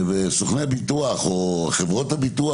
וסוכני ביטוח או חברות הביטוח,